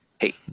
Hey